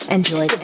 Enjoy